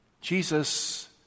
Jesus